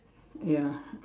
ya